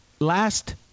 last